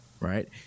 right